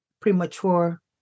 premature